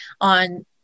on